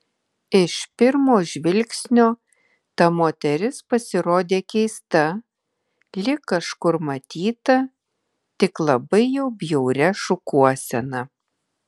iš pirmo žvilgsnio ta moteris pasirodė keista lyg kažkur matyta tik labai jau bjauria šukuosena